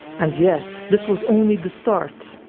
and yet this was only the start,